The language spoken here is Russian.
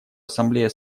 ассамблея